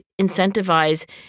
incentivize